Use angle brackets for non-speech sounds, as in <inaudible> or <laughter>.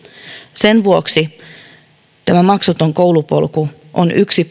sen vuoksi tämä maksuton koulupolku on yksi <unintelligible>